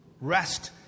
Rest